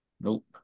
Nope